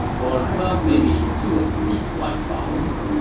or well, maybe two or three slight problems.